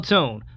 Tone